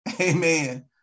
Amen